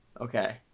Okay